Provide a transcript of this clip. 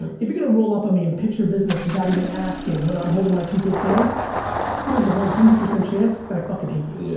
and if you're gonna roll up on me and pitch your business without even asking when i'm holding my two kids' hands there's a one hundred percent chance that i fucking hate you. yeah.